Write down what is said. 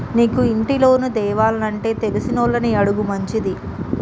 నీకు ఇంటి లోను తేవానంటే తెలిసినోళ్లని అడుగుడు మంచిది